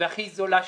והכי זולה שיש,